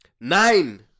Nine